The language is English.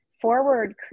forward